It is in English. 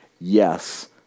Yes